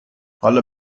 حالا